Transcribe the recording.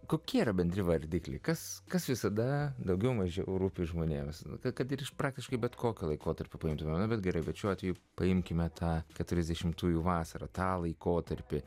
kokie yra bendri vardikliai kas kas visada daugiau mažiau rūpi žmonėms na kad ir iš praktiškai bet kokio laikotarpio dvaro bet gerai bet šiuo atveju paimkime tą keturiasdešimtųjų vasarą tą laikotarpį